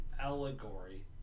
allegory